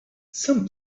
some